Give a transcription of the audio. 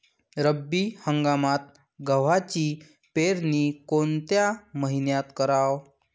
रब्बी हंगामात गव्हाची पेरनी कोनत्या मईन्यात कराव?